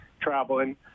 traveling